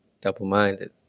Double-minded